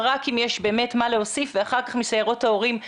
רק אם יש באמת מה להוסיף ואחר כך מסיירות ההורים,